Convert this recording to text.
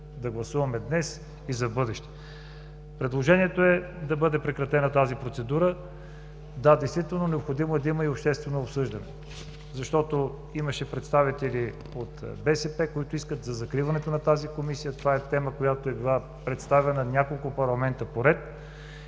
да гласуваме днес и за в бъдеще. Предложението е да бъде прекратена тази процедура. Да, действително необходимо е да има и обществено обсъждане. Защото имаше представители от БСП, които искат закриването на тази Комисия. Това е тема, която е била представена в няколко парламента поред